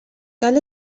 cal